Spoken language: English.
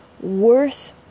worth